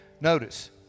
notice